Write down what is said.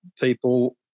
people